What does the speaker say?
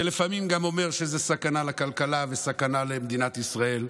ולפעמים גם אומר שזו סכנה לכלכלה וסכנה למדינת ישראל.